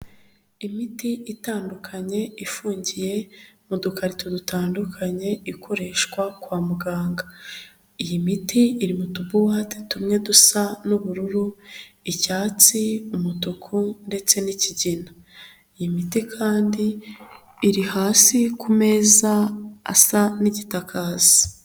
Imiti itandukanye ifungiye mu dukarito dutandukanye, ikoreshwa kwa muganga. Iyi miti iri mutubuwate tumwe dusa n'ubururu, icyatsi umutuku ndetse n'ikigina. Iyi miti kandi iri hasi ku meza asa n'igitaka hasi.